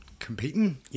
competing